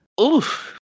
Oof